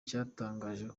cyatangaje